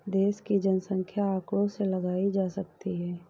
देश की जनसंख्या आंकड़ों से लगाई जा सकती है